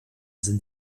sind